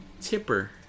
tipper